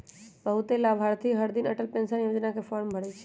बहुते लाभार्थी हरदिन अटल पेंशन योजना के फॉर्म भरई छई